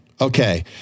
Okay